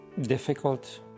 difficult